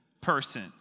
person